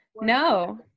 No